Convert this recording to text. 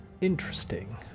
Interesting